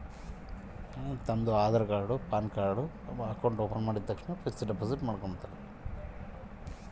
ನಾನು ಬ್ಯಾಂಕಿನಾಗ fixed account ತೆರಿಬೇಕಾದರೆ ಏನೇನು ಕಾಗದ ಪತ್ರ ಕೊಡ್ಬೇಕು?